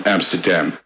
Amsterdam